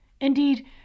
Indeed